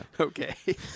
Okay